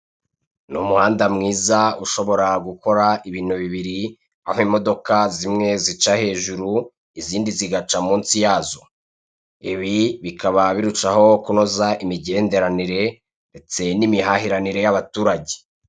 Ni umuhanda mwiza ushobora gukora ibintu bibiri, aho imodoka zimwe zica hejuru, izindi zigaca munsi yazo. ibi bikaba birushaho kunoza imigenderanire, ndetse n' imihahire y'abaturage.